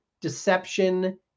deception